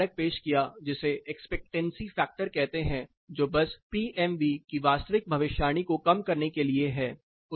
उसने एक कारक पेश किया जिसे एक्सपेक्टेंसी फ़ैक्टर कहते है जो बस पीएमवी की वास्तविक भविष्यवाणी को कम करने के लिए है